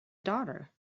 daughter